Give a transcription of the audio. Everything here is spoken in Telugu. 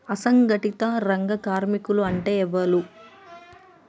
అసంఘటిత రంగ కార్మికులు అంటే ఎవలూ?